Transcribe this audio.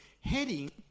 heading